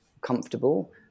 comfortable